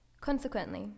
Consequently